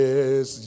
Yes